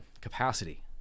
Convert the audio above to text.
capacity